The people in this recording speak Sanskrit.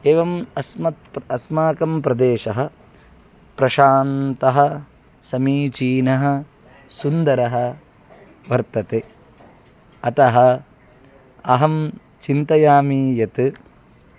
एवम् अस्मत् अस्माकं प्रदेशः प्रशान्तः समीचीनः सुन्दरः वर्तते अतः अहं चिन्तयामि यत्